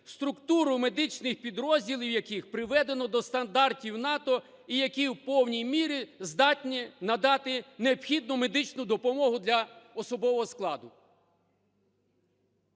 структуру медичних підрозділів яких приведено до стандартів НАТО і які в повній мірі здатні надати необхідну медичну допомогу для особового складу".